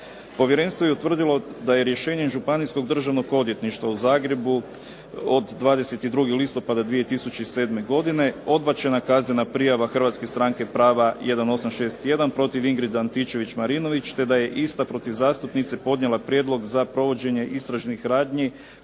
Povjerenstvo je utvrdilo da je rješenje Županijskog državnog odvjetništva u Zagrebu od 22. listopada 2007. godine odbačena kaznena prijava Hrvatske stranke prava 1861 protiv Ingrid Antičević-Marinović te da je ista protiv zastupnice podnijela prijedlog za provođenje istražnih radnji